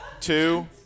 two